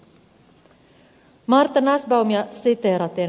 martha nussbaumia siteeraten